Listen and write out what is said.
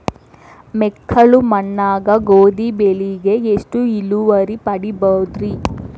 ಮೆಕ್ಕಲು ಮಣ್ಣಾಗ ಗೋಧಿ ಬೆಳಿಗೆ ಎಷ್ಟ ಇಳುವರಿ ಪಡಿಬಹುದ್ರಿ?